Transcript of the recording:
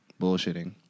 bullshitting